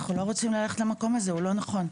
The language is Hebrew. לכן אנחנו לא רוצים ללכת למקום הזה, הוא לא נכון.